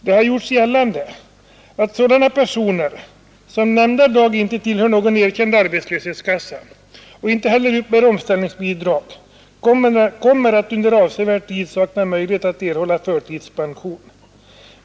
Det har gjorts gällande att sådana personer som nämnda dag inte tillhör någon erkänd arbetslöshetskassa och inte heller uppbär omställningsbidrag kommer att under avsevärd tid sakna möjlighet att erhålla förtidspension.